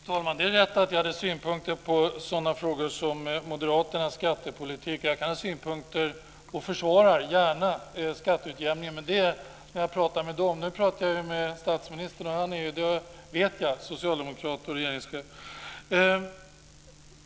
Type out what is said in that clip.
Fru talman! Det är rätt att jag hade synpunkter på sådana saker som moderaternas skattepolitik. Jag kan ha synpunkter på och jag försvarar gärna skatteutjämningen när jag talar med dem. Nu talar jag med statsministern, och jag vet att han är socialdemokrat och regeringschef.